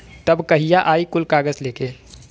तब कहिया आई कुल कागज़ लेके?